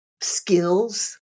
skills